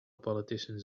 politicians